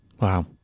Wow